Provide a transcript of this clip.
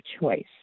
choice